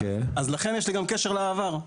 לכן יש לי גם קשר לעבר.